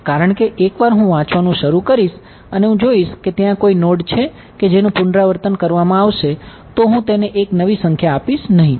કારણ કે એકવાર હું વાંચવાનું શરૂ કરીશ અને હું જોઇશુ કે ત્યાં કોઈ નોડ છે કે જેનું પુનરાવર્તન કરવામાં આવશે તો હું તેને એક નવી સંખ્યા આપીશ નહીં